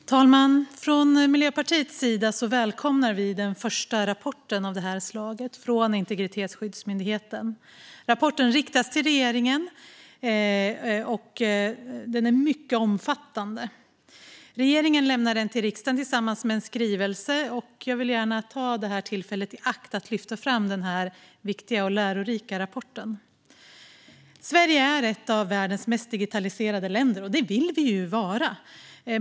Fru talman! Från Miljöpartiets sida välkomnar vi den första rapporten av det här slaget från Integritetsskyddsmyndigheten. Rapporten riktas till regeringen, och den är mycket omfattande. Regeringen lämnar rapporten till riksdagen tillsammans med en skrivelse, och jag vill gärna ta det här tillfället i akt att lyfta fram den här viktiga och lärorika rapporten. Sverige är ett av världens mest digitaliserade länder. Det vill vi ju vara.